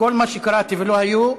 מה שקראתי ולא היו,